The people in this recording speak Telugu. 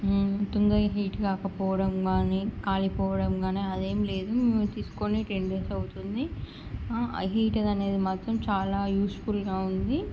తొందర హీట్ కాకపోవడం కానీ కాలిపోవడం కానీ అదేం లేదు మేము తీసుకోని టెన్ డేస్ అవుతుంది ఆ హీటర్ అనేది మాత్రం చాలా యూస్ఫుల్గా ఉంది